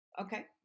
Okay